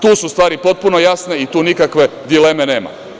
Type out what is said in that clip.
Tu su stvari potpuno jasne i tu nikakve dileme nema.